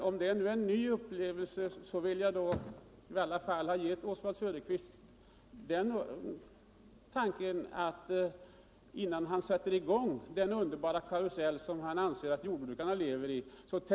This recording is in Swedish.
Om detta är en ny upplevelse för honom vill jag i alla fall ha väckt den tanken hos honom innan han för egen del sätter i gång den underbara karuselt han anser att jordbrukarna lever i.